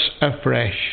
afresh